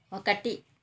ఒకటి